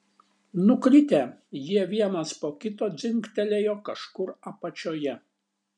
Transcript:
nukritę jie vienas po kito dzingtelėjo kažkur apačioje